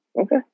Okay